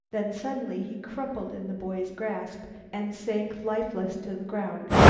then suddenly he crumpled in the boy's grasp and sank lifeless to the ground.